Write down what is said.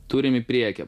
turim į priekį